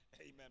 Amen